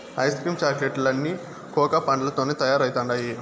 ice cream chocolate లన్నీ cocoa పండ్లతోనే తయారైతండాయి